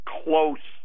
close